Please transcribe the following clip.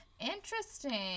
interesting